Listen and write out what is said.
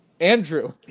Andrew